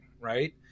right